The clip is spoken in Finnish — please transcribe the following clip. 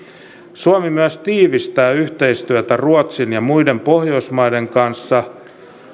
suomi myös tiivistää yhteistyötä ruotsin ja muiden pohjoismaiden kanssa